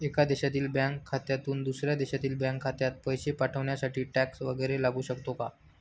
एका देशातील बँक खात्यातून दुसऱ्या देशातील बँक खात्यात पैसे पाठवण्यासाठी टॅक्स वैगरे लागू शकतो का?